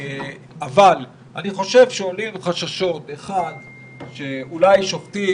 אבל אני חושב שעולות חששות שאולי שופטים